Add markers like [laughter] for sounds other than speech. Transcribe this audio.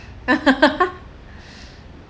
[laughs] [breath]